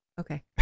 okay